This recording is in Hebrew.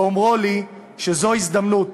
באומרו לי שזו הזדמנות,